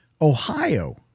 Ohio